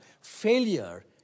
failure